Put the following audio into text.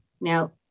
Now